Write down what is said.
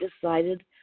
decided